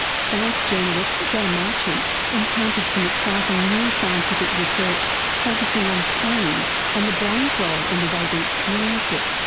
science journalist jo marchant encountered some exciting new scientific research focussing on pain and the brain's role in the way we experience it.